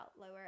lower